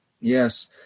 yes